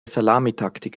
salamitaktik